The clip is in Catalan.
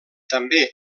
també